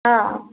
हां